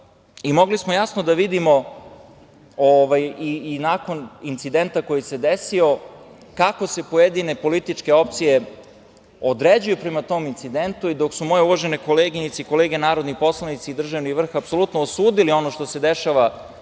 bori. Mogli smo jasno da vidimo, i nakon incidenta koji se desio, kako se pojedine političke opcije određuju prema tom incidentu. Dok su moje uvažene koleginice i kolege narodni poslanici i državni vrh apsolutno osudili ono što se dešava